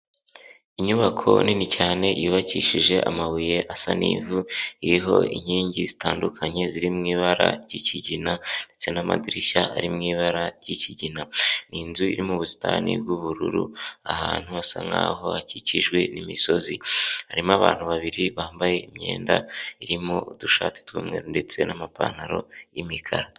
Inyubako nini cyane yubakishije amabuye asa n'ivu iriho inkingi zitandukanye ziri mu ibara ry'kigina ndetse nd n'amadirishya ari mu ibara ry'ikigina, ni inzu iri mu ubusitani bw'ubururu, ahantu hasa nkaho hakikijwe n'imisozi, harimo abantu babiri bambaye imyenda irimo udushati tw'umweru ndetse n'amapantaro y'imikara.